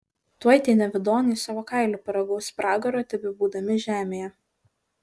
tuoj tie nevidonai savo kailiu paragaus pragaro tebebūdami žemėje